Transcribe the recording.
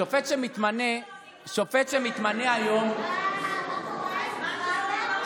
שופט שמתמנה היום, הזמן עבר, מה קורה?